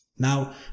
Now